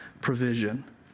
provision